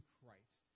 Christ